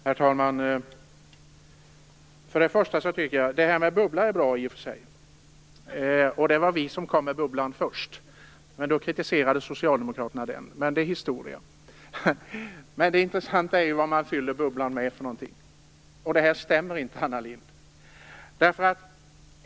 Herr talman! Jag tycker i och för sig att bubblan är bra. Det var vi som kom med bubblan först. Då kritiserade Socialdemokraterna den, men det är historia. Det intressanta är ju vad man fyller bubblan med. Det Anna Lindh säger stämmer inte.